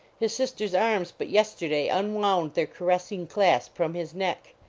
his sister s arms but yesterday unwound their caressing clasp from his neck.